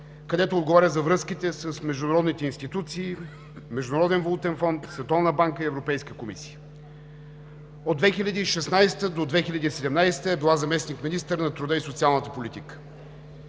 където отговаря за връзките с международните институции, Международния валутен фонд, Световната банка и Европейската комисия. От 2016 г. до 2017 г. е била заместник-министър на труда и социалната политика.